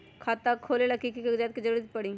खाता खोले ला कि कि कागजात के जरूरत परी?